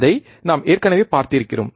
அதை நாம் ஏற்கனவே பார்த்திருக்கிறோம்